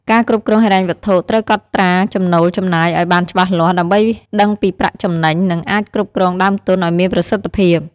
ការគ្រប់គ្រងហិរញ្ញវត្ថុ ត្រូវកត់ត្រាចំណូលចំណាយឱ្យបានច្បាស់លាស់ ដើម្បីដឹងពីប្រាក់ចំណេញ និងអាចគ្រប់គ្រងដើមទុនឱ្យមានប្រសិទ្ធភាព។